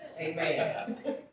Amen